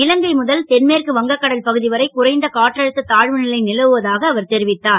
இலங்கை முதல் தெற்மேற்கு வங்கக்கடல் பகு வரை குறைந்த காற்றழுத்த தா வு லை லவுவதாக அவர் தெரிவித்தார்